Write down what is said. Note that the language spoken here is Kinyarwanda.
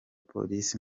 polisi